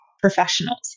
professionals